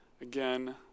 again